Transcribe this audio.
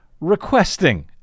requesting